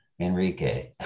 Enrique